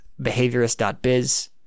behaviorist.biz